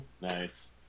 nice